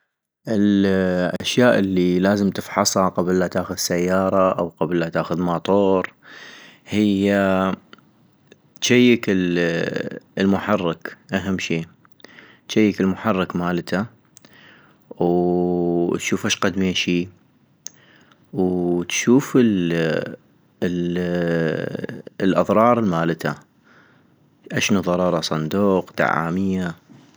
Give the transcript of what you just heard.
الأشياء الي لازم تفحصا قبل لا تاخذ سيارة أو قبل لا تاخذ ماطور ، هي جيك المحرك اهم شي ، جيك المحرك مالتا ، وهو شوف اشقد ميشي ، و تشوف ال الاضرار مالتا اشنو ضررا صندوق ؟ دعامية؟ من